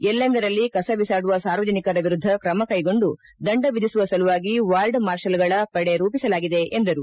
ಎಲ್ಲೆಂದರಲ್ಲಿ ಕಸ ಐಸಾಡುವ ಸಾರ್ವಜನಿಕರ ವಿರುದ್ಧ ತ್ರಮ ಕೈಗೊಂಡು ದಂಡ ವಿಧಿಸುವ ಸಲುವಾಗಿ ವಾರ್ಡ್ ಮಾರ್ಷಲ್ಗಳ ಪಡೆ ರೂಪಿಸಲಾಗಿದೆ ಎಂದರು